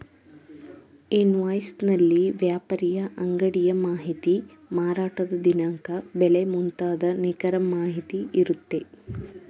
invoice ನಲ್ಲಿ ವ್ಯಾಪಾರಿಯ ಅಂಗಡಿಯ ಮಾಹಿತಿ, ಮಾರಾಟದ ದಿನಾಂಕ, ಬೆಲೆ ಮುಂತಾದ ನಿಖರ ಮಾಹಿತಿ ಇರುತ್ತೆ